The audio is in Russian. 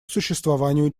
существованию